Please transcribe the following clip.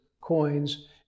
coins